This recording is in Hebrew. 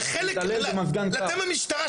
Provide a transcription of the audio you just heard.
זה חלק אתם המשטרה,